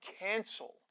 cancel